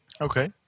Okay